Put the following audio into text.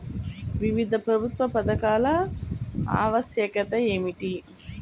వివిధ ప్రభుత్వ పథకాల ఆవశ్యకత ఏమిటీ?